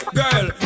girl